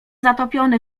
zatopiony